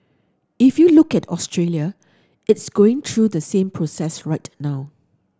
if you look at Australia it's going to the same process right now